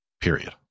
Period